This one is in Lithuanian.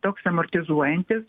toks amortizuojantis